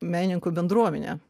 menininkų bendruomenė